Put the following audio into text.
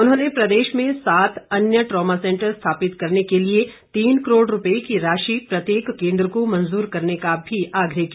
उन्होंने प्रदेश में सात अन्य ट्रामा सेंटर स्थापित करने के लिए तीन करोड़ रुपये की राशि प्रत्येक केंद्र को मंजूर करने का भी आग्रह किया